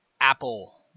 Apple